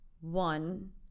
one